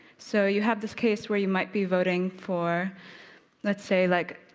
so you have this case where you might be voting for lets say like,